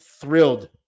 Thrilled